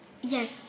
Yes